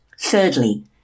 thirdly